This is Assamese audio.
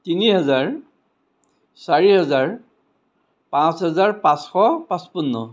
তিনি হাজাৰ চাৰি হাজাৰ পাঁচ হাজাৰ পাঁচশ পছপন্ন